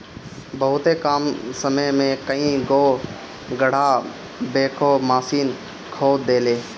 बहुते कम समय में कई गो गड़हा बैकहो माशीन खोद देले